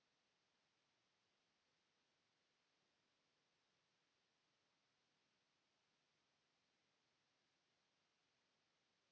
Kiitos.